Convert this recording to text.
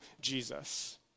Jesus